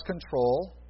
control